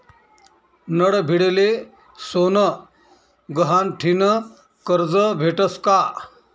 नडभीडले सोनं गहाण ठीन करजं भेटस का?